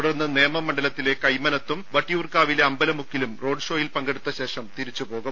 തുടർന്ന് നേമം മണ്ഡലത്തിലെ കൈമനത്തും വട്ടിയൂർക്കാവിലെ അമ്പലമുക്കിലും റോഡ് ഷോയിൽ പങ്കെടുത്ത ശേഷം തിരിച്ചു പോകും